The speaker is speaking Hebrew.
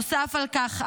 נוסף על כך,